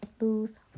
lose